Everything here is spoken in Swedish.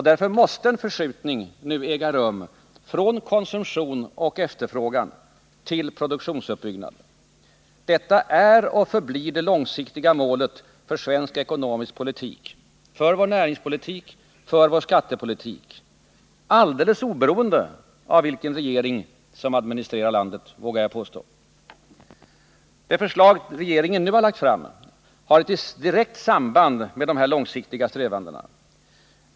Därför måste en förskjutning nu äga rum från konsumtion och efterfrågan till produktionsutbyggnad. Detta är och förblir det långsiktiga målet för svensk ekonomisk politik, för vår näringspolitik, för vår skattepolitik, alldeles oberoende av vilken regering som administrerar landet, det vågar jag påstå: De förslag regeringen nu har lagt fram har ett direkt samband med de här långsiktiga strävandena.